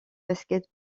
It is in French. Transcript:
basket